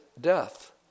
death